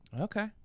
Okay